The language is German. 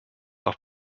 auch